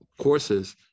courses